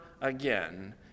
again